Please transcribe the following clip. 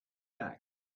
back